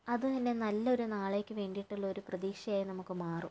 അത് തന്നെ നല്ലൊരു നാളേക്ക് വേണ്ടീട്ടുള്ളൊരു പ്രതീക്ഷയായി നമുക്ക് മാറും